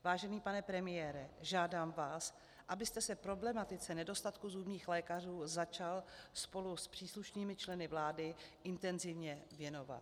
Vážený pane premiére, žádám vás, abyste se problematice nedostatku zubních lékařů začal spolu s příslušnými členy vlády intenzivně věnovat.